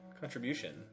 contribution